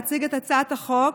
כי הצעת החוק